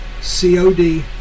COD